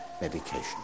medication